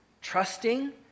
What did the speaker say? Trusting